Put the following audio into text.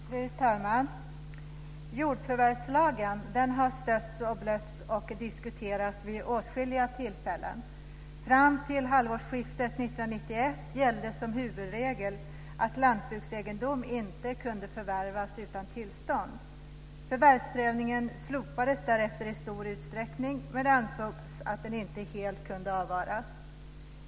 Fru talman! Jordförvärvslagen har stötts och blötts och diskuterats vid åtskilliga tillfällen. Fram till halvårsskiftet 1991 gällde som huvudregel att lantbruksegendom inte kunde förvärvas utan tillstånd. Förvärvsprövningen slopades därefter i stor utsträckning, men det ansågs att den inte helt kunde avvaras.